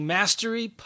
Mastery